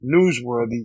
newsworthy